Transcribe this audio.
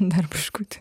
dar biškutį